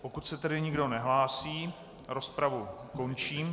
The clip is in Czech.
Pokud se tedy nikdo nehlásí, rozpravu končím.